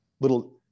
little